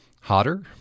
hotter